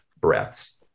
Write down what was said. breaths